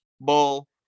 Bull